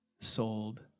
sold